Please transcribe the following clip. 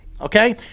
okay